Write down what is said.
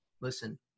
listen